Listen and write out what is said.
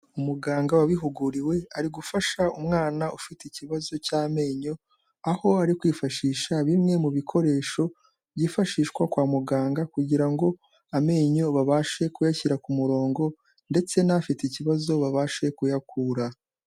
Umuganga wabihuguriwe, ari gufasha umwana ufite ikibazo cy'amenyo aho ari kwifashisha bimwe mu bikoresho byifashishwa kwa muganga kugira ngo amenyo babashe kuyashyira ku murongo ndetse n'afite ikibazo babashe kuyakura.